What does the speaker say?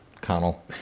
Connell